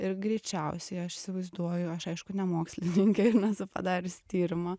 ir greičiausiai aš įsivaizduoju aš aišku ne mokslininkė ir nesu padarius tyrimo